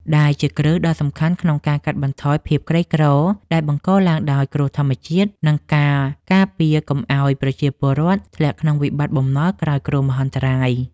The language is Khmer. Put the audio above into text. ដែលជាគ្រឹះដ៏សំខាន់ក្នុងការកាត់បន្ថយភាពក្រីក្រដែលបង្កឡើងដោយគ្រោះធម្មជាតិ និងការពារកុំឱ្យប្រជាពលរដ្ឋធ្លាក់ក្នុងវិបត្តិបំណុលក្រោយគ្រោះមហន្តរាយ។